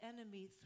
enemy